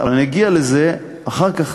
אבל אני אגיע לזה אחר כך,